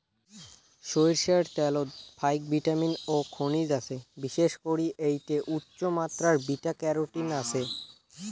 সইরষার ত্যালত ফাইক ভিটামিন ও খনিজ আছে, বিশেষ করি এ্যাইটে উচ্চমাত্রার বিটা ক্যারোটিন আছে